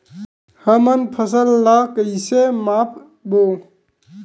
हमन फसल ला कइसे माप बो?